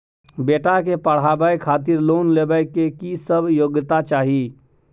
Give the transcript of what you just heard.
बेटा के पढाबै खातिर लोन लेबै के की सब योग्यता चाही?